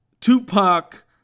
Tupac